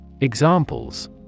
Examples